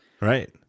Right